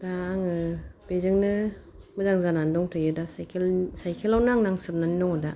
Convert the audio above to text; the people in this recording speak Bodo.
दा आङो बेजोंनो मोजां जानानै दंथ'यो दा साइकेल साइकेलावनो आं नांसाबनानै दङ दा